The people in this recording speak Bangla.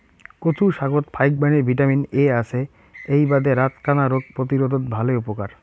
কচু শাকত ফাইকবাণী ভিটামিন এ আছে এ্যাই বাদে রাতকানা রোগ প্রতিরোধত ভালে উপকার